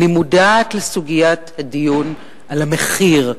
אני מודעת לסוגיית הדיון על המחיר,